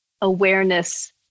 awareness